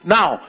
Now